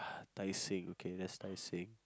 Tai-Seng okay that's Tai-Seng